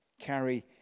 carry